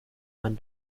man